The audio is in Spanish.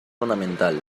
ornamental